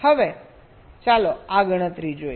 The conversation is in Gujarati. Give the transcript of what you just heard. હવે ચાલો આ ગણતરી જોઈએ